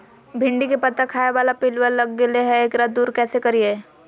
भिंडी के पत्ता खाए बाला पिलुवा लग गेलै हैं, एकरा दूर कैसे करियय?